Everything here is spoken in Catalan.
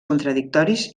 contradictoris